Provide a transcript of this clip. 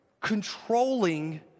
Controlling